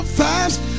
fast